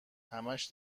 همش